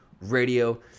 Radio